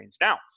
now